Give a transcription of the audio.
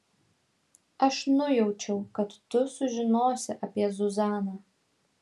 aš nujaučiau kad tu sužinosi apie zuzaną